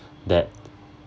that